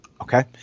okay